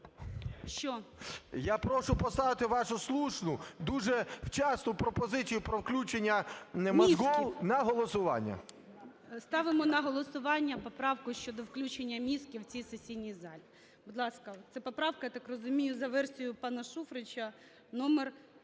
Я прошу поставити вашу, слушну, дуже вчасну пропозицію про включення мозгов на голосування. ГОЛОВУЮЧИЙ. Ставимо на голосування поправку щодо включення мізків в цій сесійній залі. Будь ласка, це поправка, я так розумію, за версією пана Шуфрича, номер